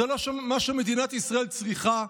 זה לא מה שמדינת ישראל צריכה.